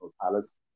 Palace